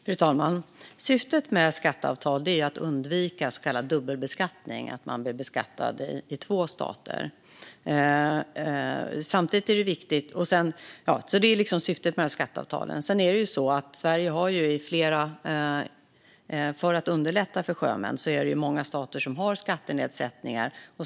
Fru talman! Syftet med skatteavtalen är att undvika så kallad dubbelbeskattning, att man blir beskattad i två stater. För att underlätta för sjömän har många stater skattenedsättningar.